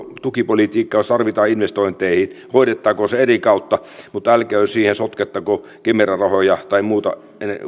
tukipolitiikkaa jos tarvitaan investointeihin hoidettakoon se eri kautta mutta älköön siihen sotkettako kemera rahoja tai muita